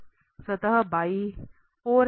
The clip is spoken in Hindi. सतह हमारे बाईं ओर है